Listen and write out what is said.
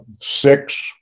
six